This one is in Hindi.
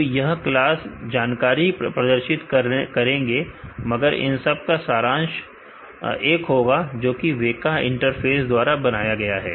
तो यह अलग जानकारी प्रदर्शित करेंगे मगर इन सब का सारांश एक होगा जोकि वेका इंटरफ़ेस द्वारा बनाया गया है